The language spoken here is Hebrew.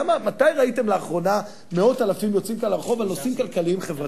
מתי ראיתם לאחרונה מאות אלפים יוצאים לרחוב על נושאים כלכליים חברתיים?